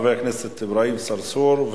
חבר הכנסת אברהים צרצור,